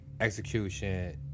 execution